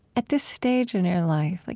at this stage in your life, like,